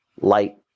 light